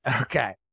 Okay